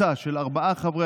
למה?